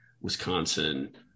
Wisconsin